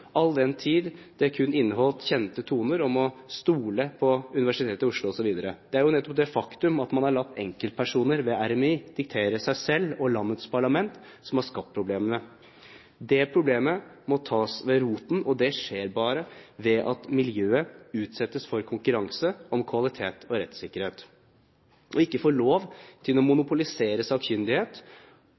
all den tid det kun inneholdt kjente toner om å stole på Universitetet i Oslo osv. Det er jo nettopp det faktum at man har latt enkeltpersoner ved RMI diktere seg selv og landets parlament, som har skapt problemene. Det problemet må tas ved roten, og det skjer bare ved at miljøet utsettes for konkurranse om kvalitet og rettssikkerhet og ikke får lov til å monopolisere sakkyndighet,